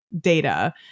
data